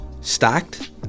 stacked